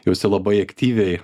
jose labai aktyviai